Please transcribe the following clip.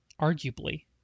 arguably